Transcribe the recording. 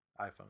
iPhone